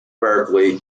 berklee